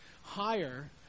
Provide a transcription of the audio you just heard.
higher